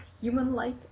human-like